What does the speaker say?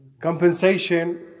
compensation